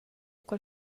quel